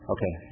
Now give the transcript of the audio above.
Okay